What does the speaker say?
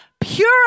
pure